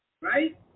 right